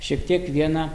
šiek tiek vieną